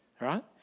right